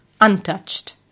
untouched